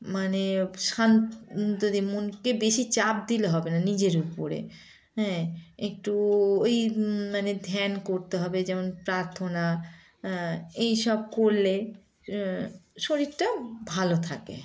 মানে শান্ত দি মনকে বেশি চাপ দিলে হবে না নিজের উপরে হ্যাঁ একটু ওই মানে ধ্যান করতে হবে যেমন প্রার্থনা এই সব করলে শরীরটা ভালো থাকে